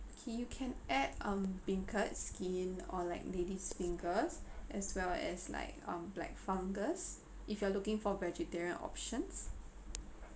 okay you can add um beancurd skin or like lady's fingers as well as like um black fungus if you are looking for vegetarian options